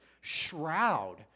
shroud